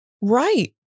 Right